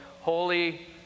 holy